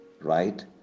right